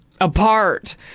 apart